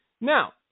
Now